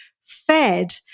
fed